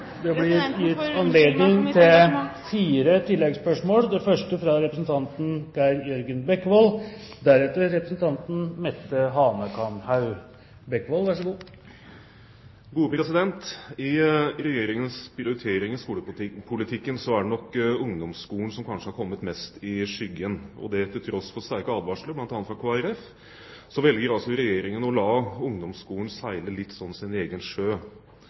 Det blir anledning til fire oppfølgingsspørsmål – først Geir Jørgen Bekkevold. I Regjeringens prioritering i skolepolitikken er det nok ungdomsskolen som kanskje har kommet mest i skyggen. Til tross for sterke advarsler, bl.a. fra Kristelig Folkeparti, velger altså Regjeringen å la ungdomsskolen seile litt sånn sin egen sjø.